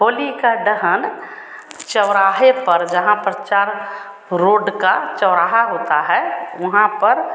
होलिका दहन चौराहे पर जहाँ पर चार रोड का चौराहा होता है वहाँ पर